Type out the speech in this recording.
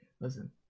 Listen